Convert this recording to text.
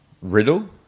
riddle